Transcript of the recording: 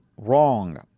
wrong